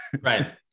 right